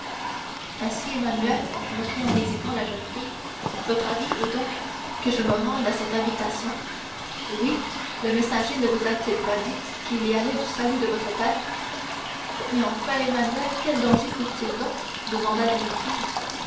ainsi emmanuel reprit en hésitant la jeune fille votre avis est donc que je me rende à cette invitation oui le messager ne vous a-t-il pas dit qu'il y allait du salut de votre père mais enfin emmanuel quel danger court il donc demanda la jeune fille